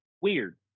Weird